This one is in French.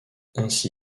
ainsi